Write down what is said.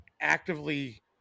actively